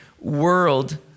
world